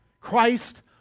Christ